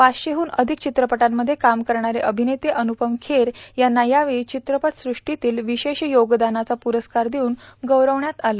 पाचशेहून अधिक चित्रपटांमध्ये काम करणारे अभिनेते अनुपम खेर यांना यावेळी चित्रपट सृष्टीतील विशेष योगदानाचा पुरस्कार देऊन गौरवण्यात आलं